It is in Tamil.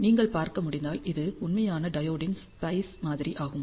நீங்கள் பார்க்க முடிந்தால் இது உண்மையான டையோடின் ஸ்பைஸ் மாதிரி ஆகும்